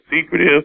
secretive